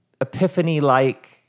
epiphany-like